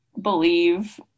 believe